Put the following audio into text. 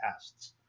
tests